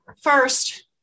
first